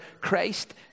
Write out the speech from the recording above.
Christ